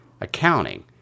accounting